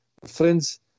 Friends